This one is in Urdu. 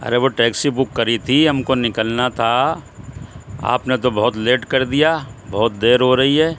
ارے وہ ٹیکسی بک کری تھی ہم کو نکلنا تھا آپ نے تو بہت لیٹ کر دیا بہت دیر ہو رہی ہے